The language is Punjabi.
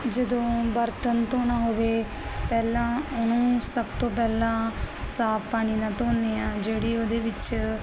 ਜਦੋਂ ਬਰਤਨ ਧੋਨਾ ਹੋਵੇ ਪਹਿਲਾਂ ਉਹਨੂੰ ਸਭ ਤੋਂ ਪਹਿਲਾਂ ਸਾਫ ਪਾਣੀ ਨਾਲ ਧੋਨੇ ਆ ਜਿਹੜੀ ਉਹਦੇ ਵਿੱਚ